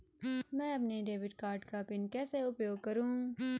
मैं अपने debit card का पिन कैसे उपयोग करूँ?